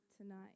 tonight